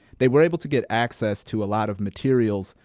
they were able to get access to a lot of materials,